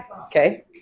Okay